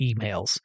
emails